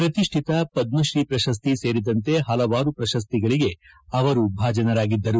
ಪ್ರತಿಷ್ಠಿತ ಪದ್ಮಶ್ರೀ ಪ್ರಶಸ್ತಿ ಸೇರಿದಂತೆ ಪಲವಾರು ಪ್ರಶಸ್ತಿಗಳಿಗೆ ಅವರು ಭಾಜನರಾಗಿದ್ದರು